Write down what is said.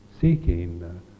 seeking